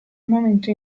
momento